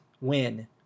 win